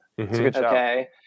Okay